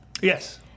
Yes